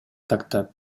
тактап